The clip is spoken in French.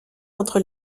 entre